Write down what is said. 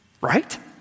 right